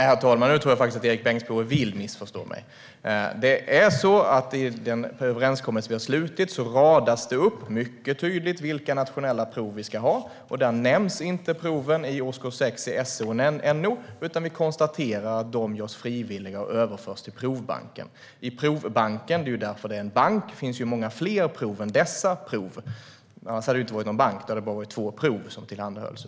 Herr talman! Nu tror jag faktiskt att Erik Bengtzboe vill missförstå mig. I den överenskommelse som vi har slutit radas det mycket tydligt upp vilka nationella prov som vi ska ha. Där nämns inte proven i årskurs 6 i SO och NO, utan vi konstaterar att de görs frivilliga och överförs till provbanken. I provbanken - det är därför det är en bank - finns många fler prov än dessa prov. Annars hade det inte varit någon bank utan bara två prov som tillhandahölls.